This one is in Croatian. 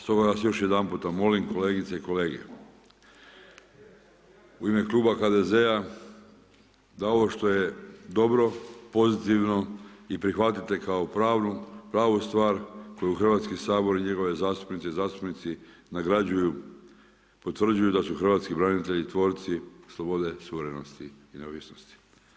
Stoga vas još jedan puta molim kolegice i kolege u ime Kluba HDZ-a da ovo što je dobro, pozitivno i prihvatite kao pravu stvar koju Hrvatski sabor i njegove zastupnice i zastupnici nagrađuju, potvrđuju da su hrvatski branitelji tvorci slobode, suverenosti i neovisnosti.